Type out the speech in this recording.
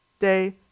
day